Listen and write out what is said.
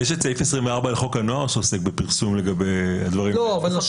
יש את סעיף 24 לחוק הנוער שעוסק בפרסום לגבי דברים כאלה.